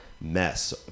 mess